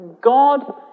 God